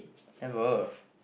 never